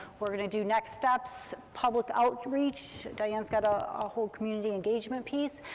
we're going to do next steps, public outreach, diane's got a whole community engagement piece,